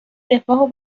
رفاه